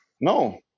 No